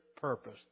purpose